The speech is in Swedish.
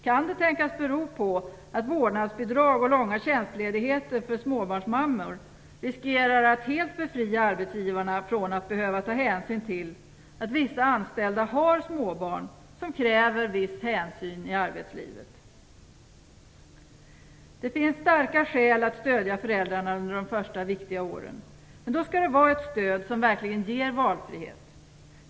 Kan det tänkas bero på att vårdnadsbidrag och långa tjänstledigheter för småbarnsmammor riskerar att helt befria arbetsgivarna från att behöva ta hänsyn till att vissa anställda har småbarn som kräver viss hänsyn i arbetslivet? Det finns starka skäl att stödja föräldrarna under de första viktiga åren. Men då skall det vara ett stöd som verkligen ger valfrihet.